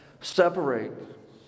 separate